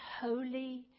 holy